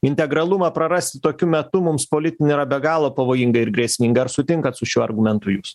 integralumą prarast tokiu metu mums politinį yra be galo pavojinga ir grėsminga ar sutinkat su šiuo argumentu jūs